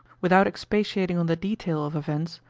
without expatiating on the detail of events,